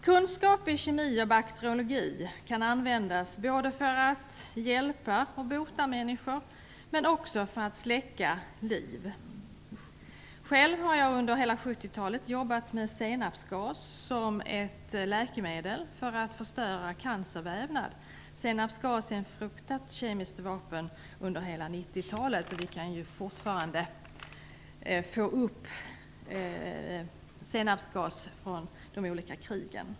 Kunskap i kemi och bakteriologi kan användas både för att hjälpa och bota människor men också för att släcka liv. Själv har jag under hela 70-talet jobbat med senapsgas som ett läkemedel för att förstöra cancervävnad. Senapsgas är ett fruktat kemiskt vapen under hela 90-talet. Vi kan fortfarande få upp senapsgas från de olika krigen.